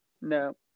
No